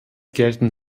gelten